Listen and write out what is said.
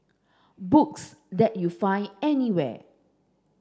books that you find anywhere